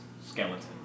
skeleton